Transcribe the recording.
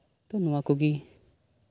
ᱱᱚᱶᱟ ᱠᱚᱜᱮ